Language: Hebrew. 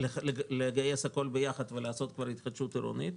לגייס הכול ביחד ולעשות כבר התחדשות עירונית.